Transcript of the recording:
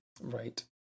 right